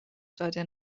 داده